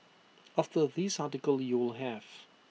after this article you will have